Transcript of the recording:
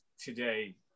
today